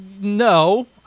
no